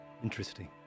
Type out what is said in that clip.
Interesting